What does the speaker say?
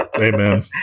Amen